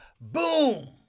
Boom